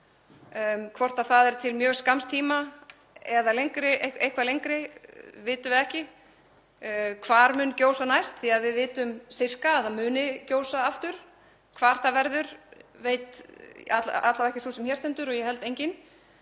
Hvort það er til mjög skamms tíma eða eitthvað lengri vitum við ekki. Hvar mun gjósa næst? Við vitum sirka að það mun gjósa aftur. Hvar það verður veit alla vega ekki sú sem hér stendur og ég held enginn.